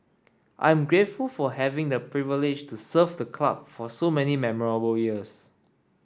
I am grateful for having had the privilege to serve the club for so many memorable years